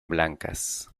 blancas